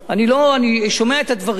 אני שומע את הדברים.